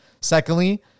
Secondly